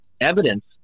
evidence